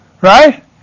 right